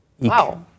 Wow